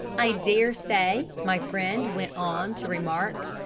i dare say my friend went on to remark,